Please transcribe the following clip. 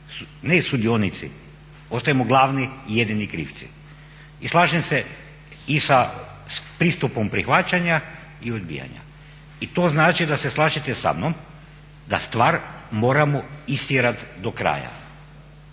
ne sudionici, postajemo glavni i jedini krivci. I slažem se i sa pristupom prihvaćanja i odbijanja. I to znači da se slažete sa mnom da stvar moramo istjerati do kraja?